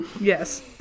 Yes